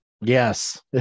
yes